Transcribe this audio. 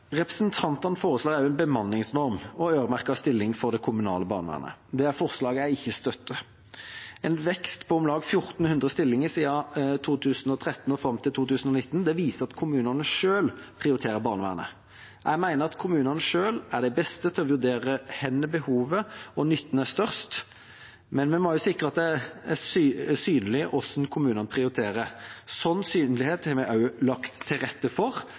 Representantene foreslår også en bemanningsnorm og øremerkede stillinger for det kommunale barnevernet. Det er forslag jeg ikke støtter. En vekst på om lag 1 400 stillinger siden 2013 og fram til 2019 viser at kommunene selv prioriterer barnevernet. Jeg mener at kommunene selv er de beste til å vurdere hvor behovet og nytten er størst, men vi må sikre at det er synlig hvordan kommunene prioriterer. Slik synlighet har vi også lagt til rette for